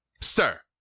sir